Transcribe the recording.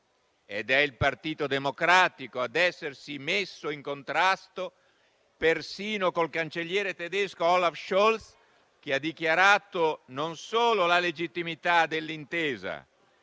è il Partito Democratico ad essersi messo in contrasto persino con il cancelliere tedesco Olaf Scholz, che ha dichiarato non solo la legittimità dell'intesa,